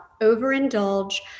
overindulge